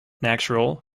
natural